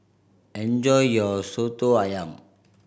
enjoy your Soto Ayam